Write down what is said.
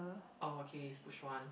okay it's push one